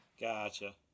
Gotcha